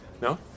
No